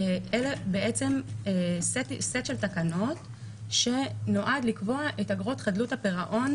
זה בעצם סט של תקנות שנועד לקבוע את אגרות חדלות הפירעון,